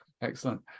excellent